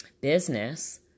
Business